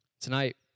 Tonight